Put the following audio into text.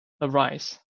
arise